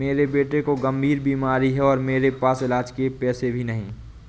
मेरे बेटे को गंभीर बीमारी है और मेरे पास इलाज के पैसे भी नहीं